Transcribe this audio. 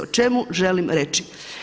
O čemu želim reći?